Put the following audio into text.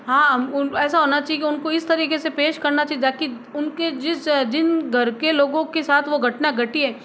हाँ उन ऐसा होना चाहिए कि उनको इस तरीके से पेश करना चाहिए जाकि उनके जिस जिन घर के लोगों के साथ वो घटना घटी है